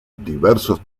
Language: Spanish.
diversos